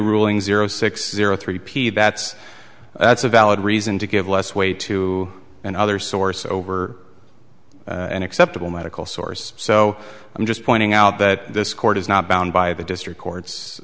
ruling zero six zero three p that's that's a valid reason to give less weight to another source over an acceptable medical source so i'm just pointing out that this court is not bound by the district court